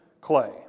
clay